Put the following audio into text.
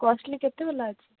costly କେତେ ବାଲା ଅଛି